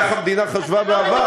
כך המדינה חשבה בעבר.